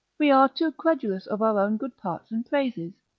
we are too credulous of our own good parts and praises,